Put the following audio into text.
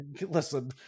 listen